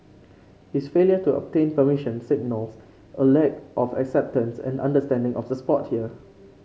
his failure to obtain permission signal a lack of acceptance and understanding of the sport here